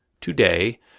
Today